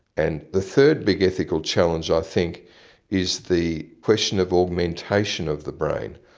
and the third big ethical challenge i think is the question of augmentation of the brain,